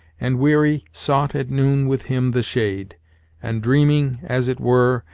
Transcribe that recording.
and weary, sought at noon with him the shade and dreaming, as it were,